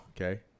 Okay